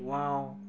wow